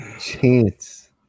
chance